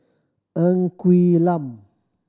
Ng Quee Lam